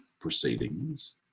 proceedings